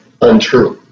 untrue